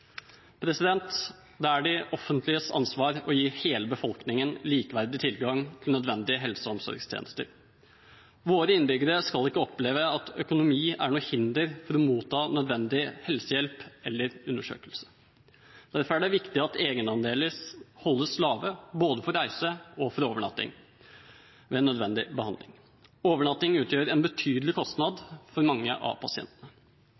Det er det offentliges ansvar å gi hele befolkningen likeverdig tilgang til nødvendige helse- og omsorgstjenester. Våre innbyggere skal ikke oppleve at økonomi er noe hinder for å motta nødvendig helsehjelp eller undersøkelser. Derfor er det viktig at egenandelene holdes lave både for reise og for overnatting ved nødvendig behandling. Overnatting utgjør en betydelig kostnad for mange av pasientene.